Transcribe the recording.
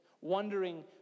wondering